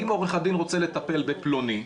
אם עורך הדין רוצה לטפל בפלוני,